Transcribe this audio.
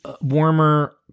warmer